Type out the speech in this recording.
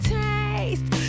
taste